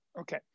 Okay